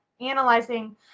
analyzing